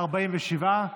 47,